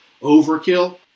Overkill